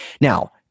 Now